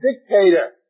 dictator